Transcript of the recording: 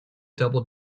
double